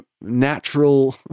natural